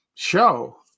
Show